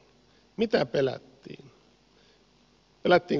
mitä pelättiin